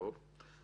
טוב.